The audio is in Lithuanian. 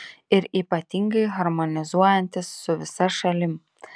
ir ypatingai harmonizuojantis su visa šalim